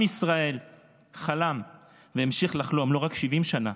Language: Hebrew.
עם ישראל חלם והמשיך לחלום לא רק 70 שנה,